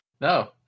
No